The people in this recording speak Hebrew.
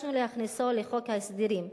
ביקשנו להכניסו לחוק ההסדרים".